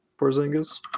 Porzingis